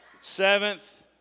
Seventh